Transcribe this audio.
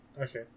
Okay